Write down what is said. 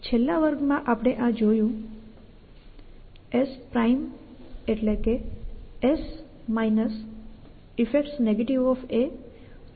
છેલ્લા વર્ગમાં આ જોયું SSeffects effects છે